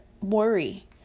worry